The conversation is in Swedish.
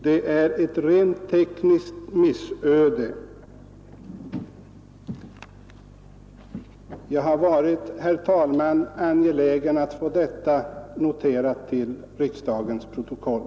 Det är ett rent tekniskt missöde att så blivit fallet, och jag är, herr talman, angelägen att få detta noterat till riksdagens protokoll.